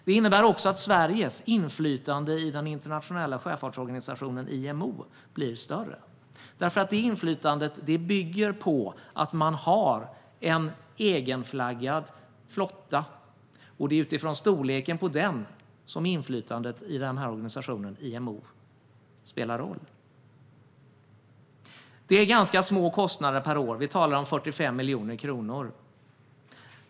Det innebär också att Sveriges inflytande i den internationella sjöfartsorganisationen IMO blir större, därför att det inflytandet bygger på att man har en egenflaggad flotta, och det är utifrån storleken på den som inflytandet i IMO spelar roll. Det är ganska små kostnader per år. Vi talar om 45 miljoner kronor.